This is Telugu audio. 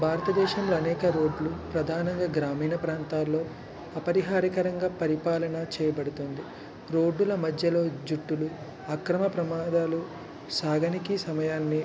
భారతదేశంలో అనేక రోడ్లు ప్రధానంగా గ్రామీణ ప్రాంతాల్లో అపరిహారికరంగా పరిపాలన చేయబడుతుంది రోడ్డుల మధ్యలో జుట్టులు అక్రమ ప్రమాదాలు సాధనకి సమయాన్ని